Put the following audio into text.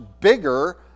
bigger